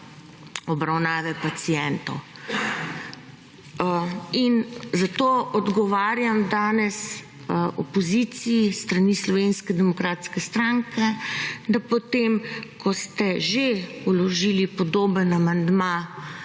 obravnave pacientov. In zato odgovarjam danes opoziciji s strani Slovenske demokratske stranke, da po tem, ko ste že vložili podoben amandma